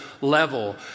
level